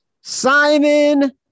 Simon